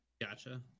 Gotcha